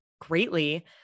greatly